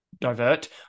divert